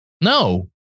No